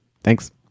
Thanks